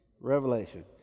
Revelation